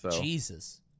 Jesus